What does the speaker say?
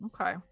Okay